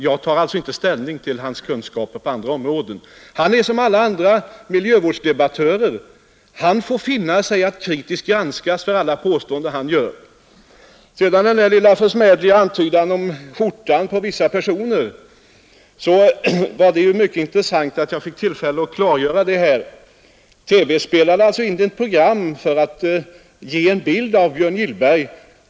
Jag tar alltså inte ställning till hans kunskaper på andra områden. Han får liksom alla andra miljövårdsdebattörer finna sig i att kritiskt granskas för de påståenden han gör. Vad sedan beträffar den där lilla försmädliga antydan om skjortan på vissa personer, så är det mycket bra att jag får tillfälle att klargöra det här. TV spelade in ett program för att ge en bild av Björn Gillberg.